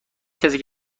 کسی